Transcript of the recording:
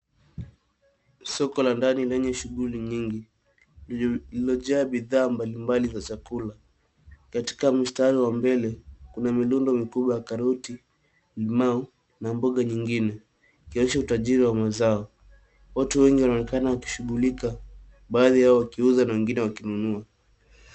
Soko la ndani lenye shughuli nyingi lililojaa bidhaa mbalimbali za chakula. Katika mstari wa mbele, kuna mirundo mikubwa ya karoti, limau na mboga nyingine ikionyesha utajiri wa mazao. Watu wengi wanaonekana wakishughulika, baadhi yao wakiuza na wengine wakinunua.